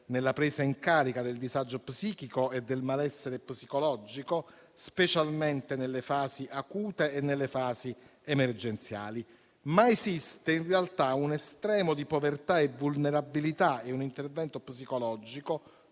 nella presa in carico del disagio psichico e del malessere psicologico, specialmente nelle fasi acute e nelle fasi emergenziali. Esiste in realtà un estremo di povertà e vulnerabilità in un intervento psicologico;